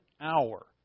hour